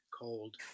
Cold